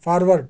forward